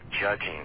judging